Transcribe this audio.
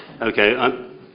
Okay